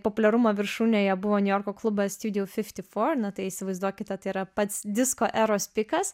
populiarumo viršūnėje buvo niujorko klubas studio fifty four na tai įsivaizduokite tai yra pats disko eros pikas